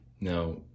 Now